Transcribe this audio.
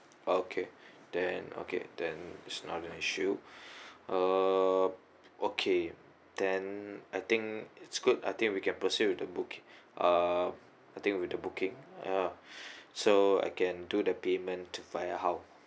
okay then okay then it's another issue uh okay then I think it's good I think we can proceed with the book uh I think with the booking ya so I can do the payment to by how